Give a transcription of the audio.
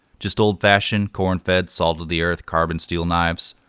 just old fashioned corn fed salt of the earth carbon steel knives.